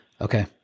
Okay